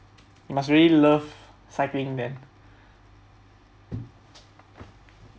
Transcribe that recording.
must really love cycling then